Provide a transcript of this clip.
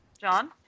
John